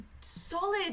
solid